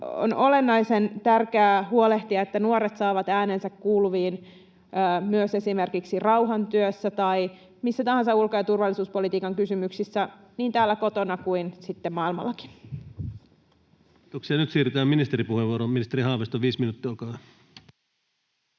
On olennaisen tärkeää huolehtia, että nuoret saavat äänensä kuuluviin myös esimerkiksi rauhantyössä tai missä tahansa ulko- ja turvallisuuspolitiikan kysymyksissä niin täällä kotona kuin sitten maailmallakin. [Speech 270] Speaker: Ensimmäinen varapuhemies Antti Rinne